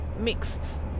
mixed